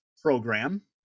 program